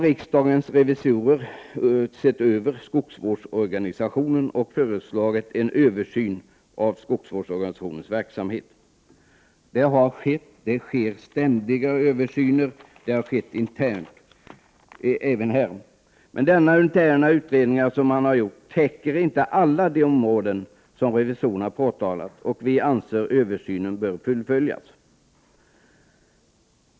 Riksdagens revisorer har sett över skogsvårdsorganisationen och föreslagit en översyn av skogsvårdsorganisationens verksamhet. Det pågår ständigt översyner, och det har skett sådana internt, men de interna utredningar som gjorts täcker inte alla de områden som revisorerna påtalat, och vi anser att översynen bör fullföljas.